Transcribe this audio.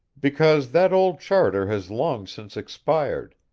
because that old charter has long since expired,